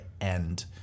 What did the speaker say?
end